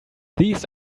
these